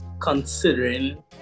considering